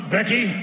Becky